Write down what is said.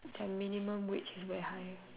their minimum wage is very high